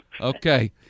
Okay